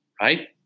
Right